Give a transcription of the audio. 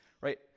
right